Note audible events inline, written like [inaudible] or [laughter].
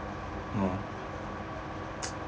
mm [noise]